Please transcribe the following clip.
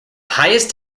highest